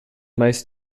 meist